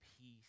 peace